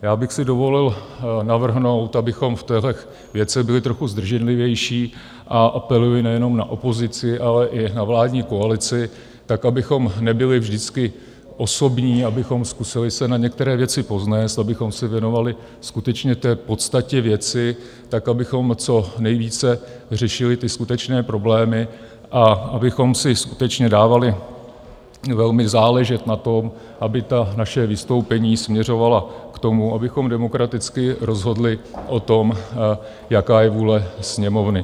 Já bych si dovolil navrhnout, abychom v těchto věcech byli trošku zdrženlivější a apeluji nejenom na opozici, ale i na vládní koalici, tak abychom nebyli vždycky osobní, abychom se zkusili nad některé věci povznést, abychom se věnovali skutečně té podstatě věci, tak abychom co nejvíce řešili ty skutečné problémy a abychom si skutečně dávali velmi záležet na tom, aby ta naše vystoupení směřovala k tomu, abychom demokraticky rozhodli o tom, jaká je vůle Sněmovny.